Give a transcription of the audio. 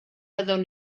fyddwn